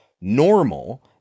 normal